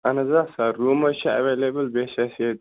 اہن حظ آ سر روٗم حظ چھِ ایٚولیبٕل بیٚیہِ چھِ اسہِ ییٚتہِ